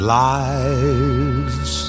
lives